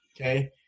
Okay